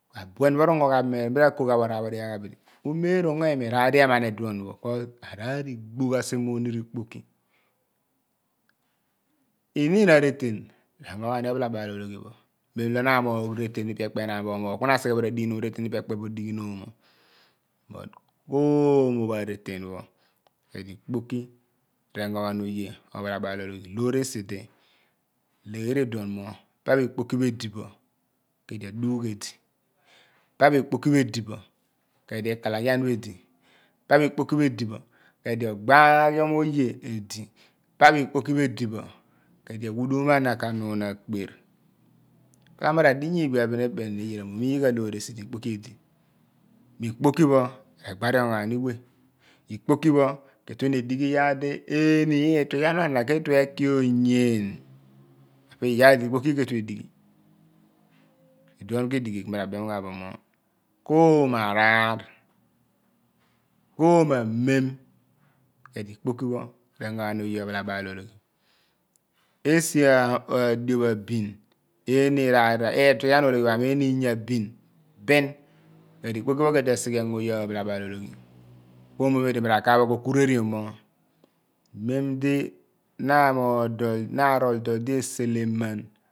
Ma buen pho rugno gha bo imi raar pho mi ra kogha bo dighaagh abidi umeera ugno imi raar di eman iduo pho kos ariir igbogh asi munir ikpoki iniin areten regno ghaani obalologhi mem lo na amogh reten phipe ephe bo omogh pho ku na asighi bo ra dighinun reten pho ipe ekpe bo odighinum mo but oomo pho areten pho ku edi ikpokri regno ghan oye ophalabal ologhi loor esi di legher iduon mo pa pho ikpoki pho edi pho ku idi aduugh edi pa pho ikpoki pho edipho ku edi ikala ghian pho edi pa pho ikpoki pho edi pho ku edi ogbaghiam oye edi pa pho ikpoki pho edi ku edi aghudum ana ka nun akpeer khala mo ra dinya iigbia a pho bin ibeni ni iyaar mo omghe loor esi ikpokri edi mo ikpoki re gbarion gbarion we ikpoki pho ke tue bat adighi yaar di eeni iitughian pha ana ke tue eki oyen epe iyaar di ikpoki ke tue edighi ku iduon ku idighi ku mi ra mem ghan pho mo ko-omo araar ko-omo amem ku edi ikpokri pho regno oye ophalabal ologhi esi adioph abin eeni iraara iitughiar ologho pho ami eeni inya bhin bin ku edi ikpoki pho ke tue esighi engo oye ophalabal ologhi ku omo pho idi mi ra kaagh ghan ko kureriom mo mem di na amogh dol na arol dol di esele man